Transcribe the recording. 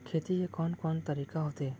खेती के कोन कोन तरीका होथे?